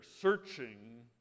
searching